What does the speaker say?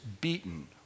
beaten